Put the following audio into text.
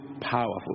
powerful